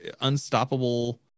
unstoppable